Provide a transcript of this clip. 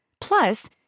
Plus